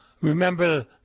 Remember